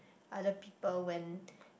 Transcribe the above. other people when